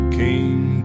came